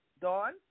dawn